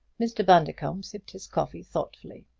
mr. bundercombe sipped his coffee thoughtfully.